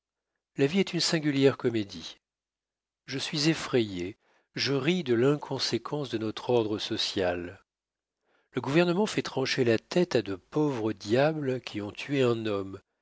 la vie est une singulière comédie je suis effrayé je ris de l'inconséquence de notre ordre social le gouvernement fait trancher la tête à de pauvres diables qui ont tué un homme